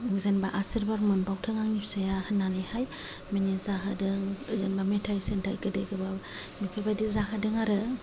जेनेबा आशिर्बाद मोनबावथों आंनि फिसाया होननानैहाय माने जाहोदों जेनेबा मेथाइ सेथाइ गोदै गोबाब बेफोरबायदि जाहोदों आरो